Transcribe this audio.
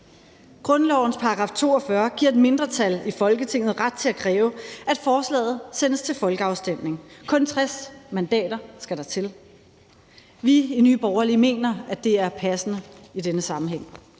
Grundlovens § 42 giver et mindretal i Folketinget ret til at kræve, at forslaget sendes til folkeafstemning. Kun 60 mandater skal der til. Vi i Nye Borgerlige mener, at det er passende i denne sammenhæng,